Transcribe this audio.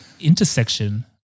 intersection